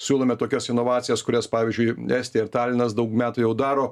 siūlome tokias inovacijas kurias pavyzdžiui estija ir talinas daug metų jau daro